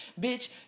Bitch